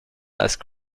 ice